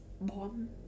bomb